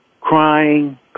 crying